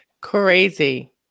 crazy